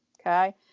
okay